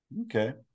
Okay